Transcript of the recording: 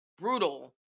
brutal